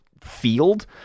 field